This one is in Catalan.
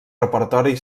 repertori